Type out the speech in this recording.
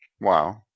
Wow